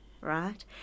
Right